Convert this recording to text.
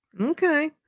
Okay